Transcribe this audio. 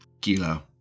Kilo